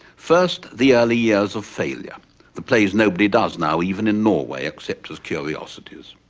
first, the early years of failure the plays nobody does now, even in norway, except as curiosities.